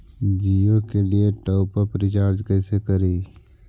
जियो के लिए top up recharge कैसे करी?